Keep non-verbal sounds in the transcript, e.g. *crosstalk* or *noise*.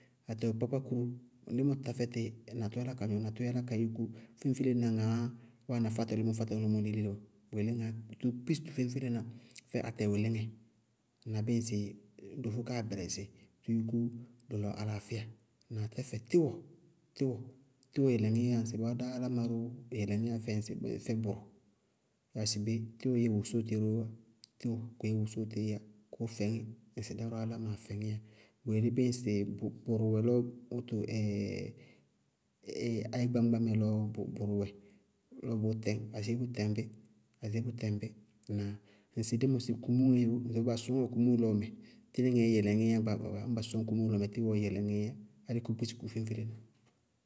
Atewʋ kpákpákurú límɔ tá fɛtɩ na tʋ yálá ka gnɔ na tʋ tʋ yálá ka yɛ yúkú féñfélená ŋaá wáana fátɔlímɔ fátɔlímɔ léle ɔɔ bʋ yelé na tʋ kpísi tʋ féñfélená fɛ atɛ wʋlíŋɛ na bíɩ ŋsɩ dofó káa bɛrɛsɩ na tʋ yúkú lɔlɔ alaafíya. Ŋnáa? Tɛfɛ tíwɔ, tíwɔ, tíwɔ yɛlɛŋíyá ŋsɩbɔɔ dá áláma róó yɛlɛŋíyá fɛ ŋsɩ fɛ bʋrʋ yáa sɩ bé? Tíwɔ ró yɛ wosóotɩ róó wá. Tíwɔ, kʋ yɛ wosóotɩí yá kʋʋ fɛŋí ŋsɩ dá álámaa fɛŋíyá. Bʋ yelé bíɩ ŋsɩ bʋrʋ wɛ lɔ wóto *hesitation* áyégbáñgbá mɛ lɔ bʋrʋwɛ lɔ bʋʋ tɛñ, aséé bʋ tɛŋ bí. Ŋsɩ dí mɔsɩ kumúŋɛ wʋ yɛ baa sɔñŋa kumúŋɛ lɔɔ mɛ, tinŋɛɛ yɛlɛŋíyá gbaagba gbaagba. Ñŋ ba sɔñ kumóo lɔɔ mɛ tíwɔɔ yɛlɛŋíyá álɩ kʋʋ kpísi kʋ féñfélená.